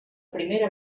primera